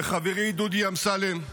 וחברי דודי אמסלם,